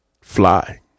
Fly